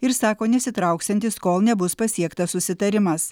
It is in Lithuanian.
ir sako nesitrauksiantys kol nebus pasiektas susitarimas